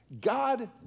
God